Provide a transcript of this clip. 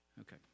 okay